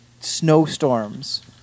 snowstorms